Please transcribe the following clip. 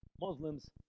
Muslims